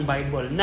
Bible